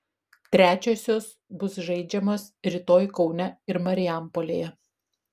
trečiosios bus žaidžiamos rytoj kaune ir marijampolėje